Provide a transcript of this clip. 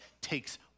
takes